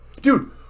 Dude